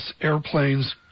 airplanes